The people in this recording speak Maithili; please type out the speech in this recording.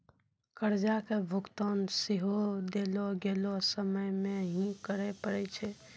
कर्जा के भुगतान सेहो देलो गेलो समय मे ही करे पड़ै छै